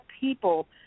people